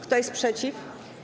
Kto jest przeciw?